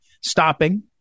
stopping